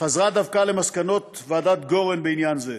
חזרה דווקא למסקנות ועדת גורן בעניין זה.